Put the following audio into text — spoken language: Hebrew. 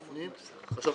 צריך